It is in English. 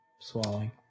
Swallowing